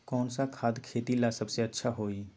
कौन सा खाद खेती ला सबसे अच्छा होई?